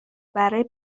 برای